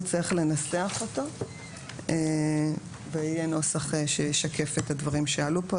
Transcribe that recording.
נצטרך לנסח אותו ויהיה נוסח שישקף את הדברים שעלו פה,